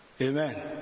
Amen